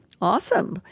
Awesome